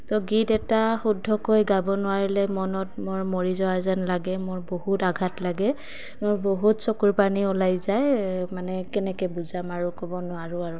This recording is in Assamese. তো গীত এটা শুদ্ধকৈ গাব নোৱাৰিলে মনত মোৰ মৰি যোৱা যেন লাগে মোৰ বহুত আঘাত লাগে মোৰ বহুত চকুৰ পানী ওলাই যায় মানে কেনেকৈ বুজাম আৰু ক'ব নোৱাৰোঁ আৰু